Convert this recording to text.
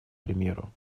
примеру